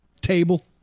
table